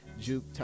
juke